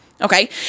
Okay